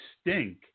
stink